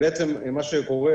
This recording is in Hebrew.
ובעצם מה שקורה,